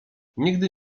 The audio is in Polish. nigdy